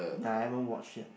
nah I haven't watched yet